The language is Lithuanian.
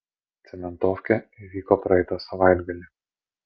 cementofkė įvyko praeitą savaitgalį